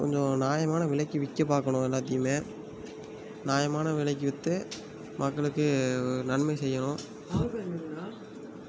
கொஞ்சம் நியமான விலைக்கு விற்க பார்க்கணும் எல்லாத்தியுமேஞாயமான விலைக்கு விற்று மக்களுக்கு நன்மை செய்யணும்